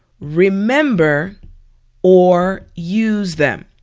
remember or use them.